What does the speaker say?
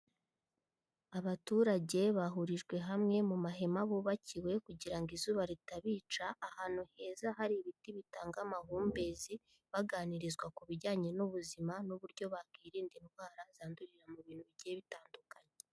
Abaturage bahurijwe hamwe mu mahema bubakiwe kugira ngo izuba ritabica, ahantu heza hari ibiti bitanga amahumbezi, baganirizwa ku bijyanye n'ubuzima n'uburyo bakirinda indwara zandurira mu bintu bigiye bitandukanye.